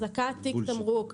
אחזקת תיק תמרוק,